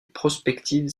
prospective